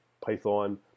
Python